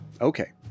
Okay